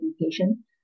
education